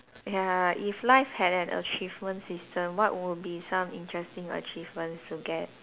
ya if life had an achievement system what would be some interesting achievements to get